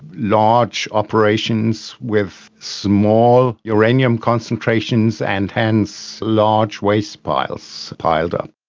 large operations with small uranium concentrations and hence large waste piles piled up.